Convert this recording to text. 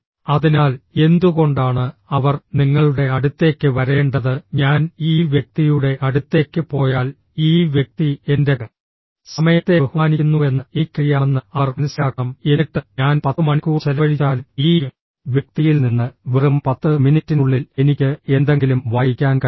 അതിനാൽ എന്തുകൊണ്ടാണ് അവർ നിങ്ങളുടെ അടുത്തേക്ക് വരേണ്ടത് ഞാൻ ഈ വ്യക്തിയുടെ അടുത്തേക്ക് പോയാൽ ഈ വ്യക്തി എന്റെ സമയത്തെ ബഹുമാനിക്കുന്നുവെന്ന് എനിക്കറിയാമെന്ന് അവർ മനസ്സിലാക്കണം എന്നിട്ട് ഞാൻ 10 മണിക്കൂർ ചെലവഴിച്ചാലും ഈ വ്യക്തിയിൽ നിന്ന് വെറും 10 മിനിറ്റിനുള്ളിൽ എനിക്ക് എന്തെങ്കിലും വായിക്കാൻ കഴിയും